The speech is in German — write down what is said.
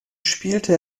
spielte